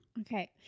Okay